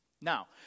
Now